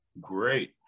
Great